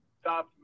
stop